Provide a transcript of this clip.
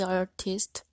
artist